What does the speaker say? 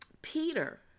Peter